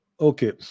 Okay